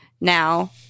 Now –